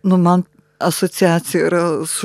nu man asociacija yra su